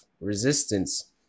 resistance